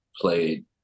played